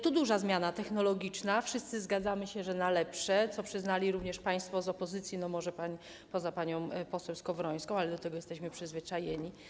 To duża zmiana technologiczna, wszyscy zgadzamy się, że na lepsze, co przyznali również państwo z opozycji, może poza panią poseł Skowrońską, ale do tego jesteśmy przyzwyczajeni.